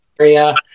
area